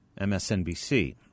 msnbc